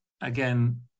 Again